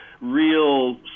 real